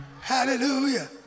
hallelujah